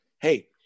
Hey